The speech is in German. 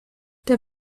der